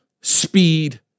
speed